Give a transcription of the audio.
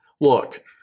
look